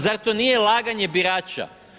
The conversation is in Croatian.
Zar to nije laganje birača?